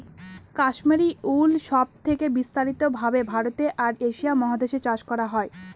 Kashmiri wool সব থেকে বিস্তারিত ভাবে ভারতে আর এশিয়া মহাদেশে চাষ করা হয়